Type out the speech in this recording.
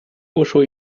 uszu